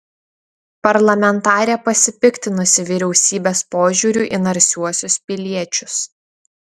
parlamentarė pasipiktinusi vyriausybės požiūriu į narsiuosius piliečius